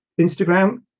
Instagram